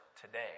today